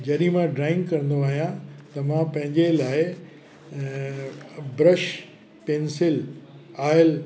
जॾहिं मां ड्रॉइंग कंदो आहियां त मां पंहिंजे लाइ ब्रश पैंसिल ऑइल